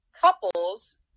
couples